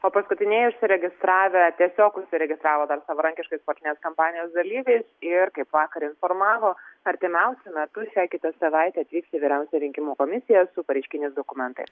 o paskutinieji suregistravę tiesiog užsiregistravo dar savarankiškais politinės kampanijos dalyviais ir kaip vakar informavo artimiausiu metu šią kitą savaitę atvyks į vyriausiąją rinkimų komisija su pareiškiniais dokumentais